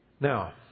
Now